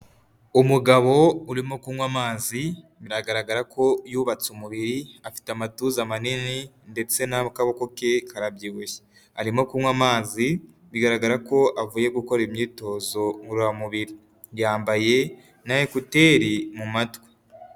Umugabo urimo kunywa amazi, biragaragara ko yubatse umubiri, afite amatuza manini ndetse n'akaboko ke karabyibushye, arimo kunywa amazi, bigaragara ko avuye gukora imyitozo ngororamubirim, yambaye na ekuteri mu matwi.